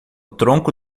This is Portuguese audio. tronco